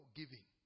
giving